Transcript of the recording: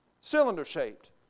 Cylinder-shaped